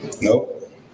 Nope